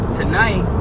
tonight